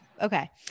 Okay